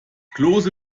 klose